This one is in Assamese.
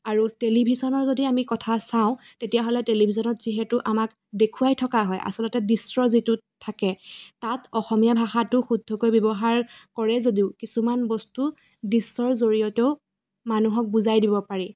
আৰু টেলিভিশ্যনৰ যদি আমি কথা চাওঁ তেতিয়াহ'লে টেলিভিশ্যনত যিহেতু আমাক দেখুৱাই থকা হয় আচলতে দৃশ্য যিটো থাকে তাত অসমীয়া ভাষাটো শুদ্ধকৈ ব্যৱহাৰ কৰে যদিও কিছুমান বস্তু দৃশ্যৰ জৰিয়তেও মানুহক বুজাই দিব পাৰি